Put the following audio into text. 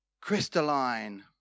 crystalline